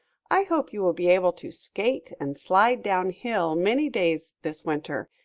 i hope you will be able to skate and slide down hill many days this winter,